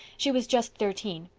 she was just thirteen.